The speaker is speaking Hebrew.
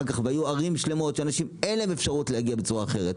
היו ערים שלמות שלא הייתה אפשרות להגיע מהן בצורה אחרת.